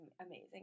Amazing